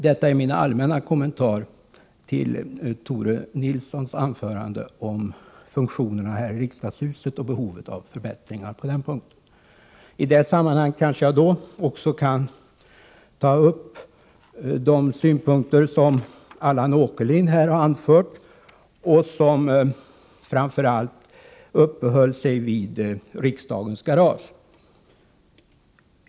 Detta är min allmänna kommentar till Tore Nilssons anförande om funktionerna här i riksdagshuset och behovet av förbättringar på den punkten. I det sammanhanget kanske jag också kan ta upp de synpunkter som Allan Åkerlind har anfört och som framför allt gällde riksdagens garage.